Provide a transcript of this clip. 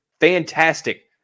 fantastic